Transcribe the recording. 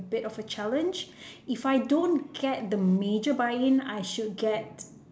a bit of a challenge if I don't get the major buy in I should get